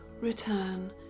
return